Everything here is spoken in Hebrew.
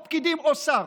או פקידים או שר.